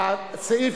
בעד, 63, נגד,